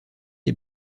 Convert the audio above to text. est